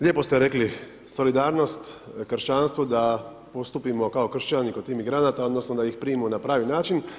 Lijepo ste rekli, solidarnost, kršćanstvo, da postupimo kao kršćani kod tih migranata, odnosno, da ih primimo na pravi način.